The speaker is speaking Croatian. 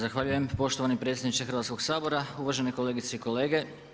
Zahvaljujem poštovani potpredsjedniče Hrvatskog sabora, uvažene kolegice i kolege.